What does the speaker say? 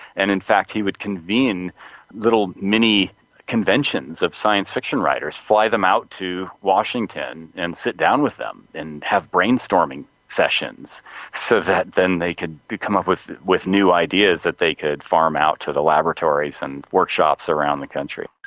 and in fact he would convene little mini conventions of science fiction writers, fly them out to washington and sit down with them and have brainstorming sessions so that then they could come up with with new ideas that they could farm out to the laboratories and workshops around the country.